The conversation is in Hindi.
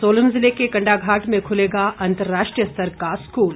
सोलन ज़िले के कंडाघाट में खुलेगा अंतर्राष्ट्रीय स्तर का स्कूल